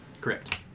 Correct